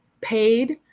paid